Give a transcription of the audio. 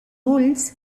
ulls